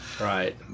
Right